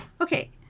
Okay